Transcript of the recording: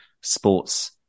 sports